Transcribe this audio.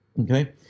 okay